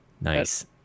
Nice